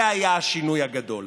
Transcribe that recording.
זה היה השינוי הגדול.